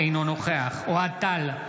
אינו נוכח אוהד טל,